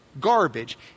garbage